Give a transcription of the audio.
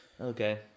Okay